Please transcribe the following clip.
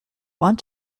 want